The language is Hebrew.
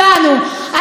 זה מהבית.